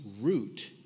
root